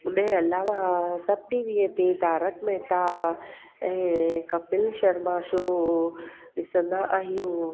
उन जे अलावा सब टीवीअ ते तारक मेहता ऐं कपिल शर्मा शो ॾिसंदा आहियूं